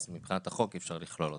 אז מבחינת החוק אי אפשר לכלול אותם.